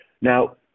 Now